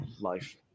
life